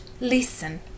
listen